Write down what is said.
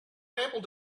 unable